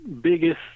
biggest